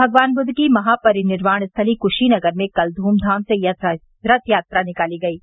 भगवान बुद्व की महापरिनिर्वाण स्थली कश्रीनगर में कल ध्मधाम से रथ यात्रा निकाली गयी